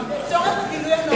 זה לצורך הגילוי הנאות.